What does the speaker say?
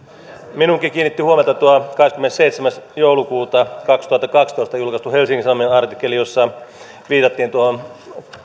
minäkin kiinnitin huomiota tuohon kahdeskymmenesseitsemäs joulukuuta kaksituhattakaksitoista julkaistuun helsingin sanomien artikkeliin jossa viitattiin tuohon